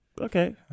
Okay